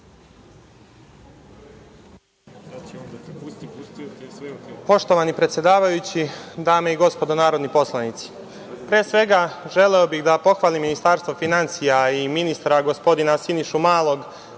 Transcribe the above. Poštovani predsedavajući, dame i gospodo narodni poslanici, pre svega, želeo bih da pohvalim Ministarstvo finansija i ministra, gospodina Sinišu Malog,